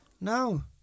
No